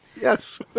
Yes